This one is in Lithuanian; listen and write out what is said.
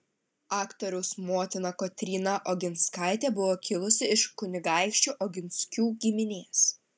aktoriaus motina kotryna oginskaitė buvo kilusi iš kunigaikščių oginskių giminės